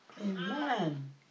Amen